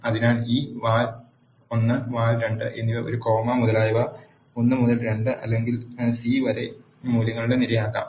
അതിനാൽ ഈ വാൽ 1 വാൽ 2 എന്നിവ ഒരു കോമ മുതലായവയുടെ ഒന്ന് മുതൽ 2 അല്ലെങ്കിൽ സി വരെ മൂല്യങ്ങളുടെ നിരയാകാം